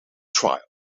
trial